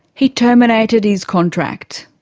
he terminated his contract.